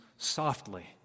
softly